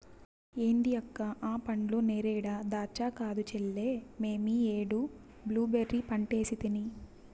ఏంది అక్క ఆ పండ్లు నేరేడా దాచ్చా కాదు చెల్లే మేమీ ఏడు బ్లూబెర్రీ పంటేసితిని